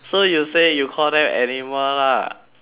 so you say you call them animal lah